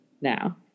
now